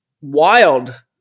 wild